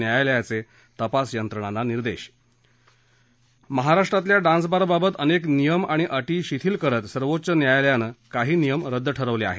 न्यायालयाचे तपास यंत्रणांना निर्देश महाराष्ट्रातल्या डान्सबारबाबत अनेक नियम आणि अटी शिथील करत सर्वोच्च न्यायालयानं काही नियम रद्द ठरवले आहेत